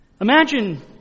Imagine